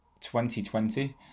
2020